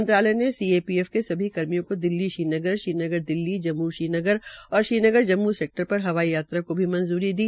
मंत्रालय ने सीआरपीएफ के सभी कर्मियों को दिल्ली श्रीनगर श्रीनगर दिल्ली जम्म्छ्रीनगर और श्रीनगर जम्मू सेक्टर पर हवाई यात्रा को मंजूरी भी दे दी